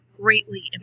greatly